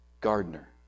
gardener